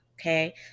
Okay